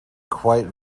quite